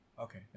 Okay